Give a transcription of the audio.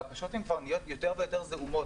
הבקשות נהיות יותר ויותר זעומות.